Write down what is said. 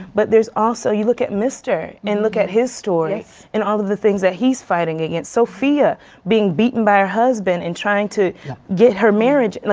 but there's also, you look at mister and look at his story and all of the things he's fighting against. sophia being beaten by her husband and trying to get her marriage. ah